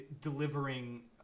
delivering